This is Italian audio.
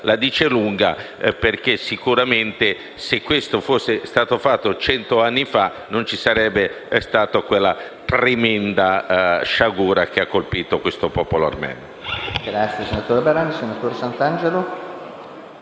la dice lunga, perché sicuramente, se questo fosse stato fatto cento anni fa, non ci sarebbe stata la tremenda sciagura che ha colpito il popolo armeno.